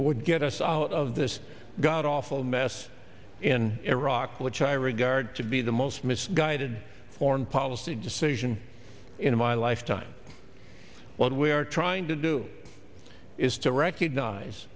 would get us out of this god awful mess in iraq which i regard to be the most misguided foreign policy decision in my lifetime what we are trying to do is to recognize